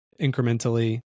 incrementally